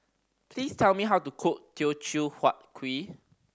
please tell me how to cook Teochew Huat Kuih